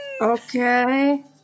Okay